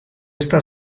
esta